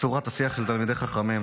צורת השיח של תלמידי חכמים.